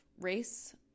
race